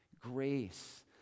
Grace